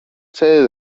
sede